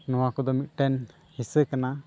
ᱱᱚᱣᱟ ᱠᱚᱫᱚ ᱢᱤᱫᱴᱟᱝ ᱦᱤᱸᱥᱟᱹ ᱠᱟᱱᱟ